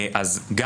זה ברור לכולם.